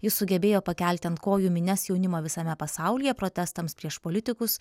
ji sugebėjo pakelti ant kojų minias jaunimo visame pasaulyje protestams prieš politikus